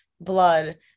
blood